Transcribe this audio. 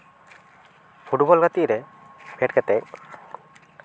football ᱜᱟᱛᱮᱜ ᱨᱮ ᱯᱷᱮᱰ ᱠᱟᱛᱮᱫ